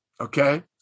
Okay